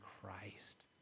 Christ